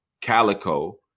Calico